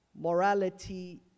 morality